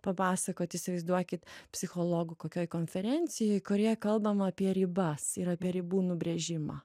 papasakot įsivaizduokit psichologų kokioj konferencijoj kurioje kalbama apie ribas ir apie ribų nubrėžimą